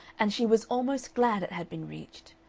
and she was almost glad it had been reached.